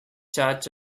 church